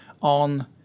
on